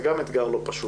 זה גם אתגר לא פשוט,